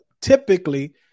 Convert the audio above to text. typically